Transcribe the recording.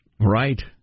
Right